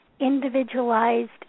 individualized